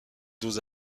dos